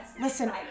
Listen